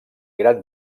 gran